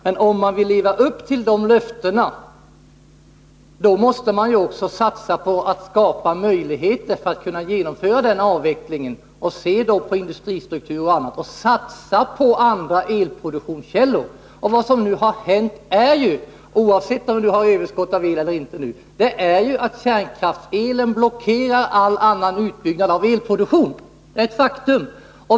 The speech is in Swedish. Men om man vill leva upp till löftena måste man också satsa på att skapa möjligheter för att kunna genomföra denna avveckling, se på industristruktur och annat och satsa på andra elproduktionskällor. Vad som nu har hänt är ju— oavsett om vi har överskott av el eller inte — att kärnkraftselen blockerar all annan utbyggnad av elproduktion. Det är ett faktum.